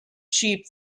sheep